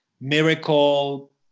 miracle